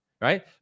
right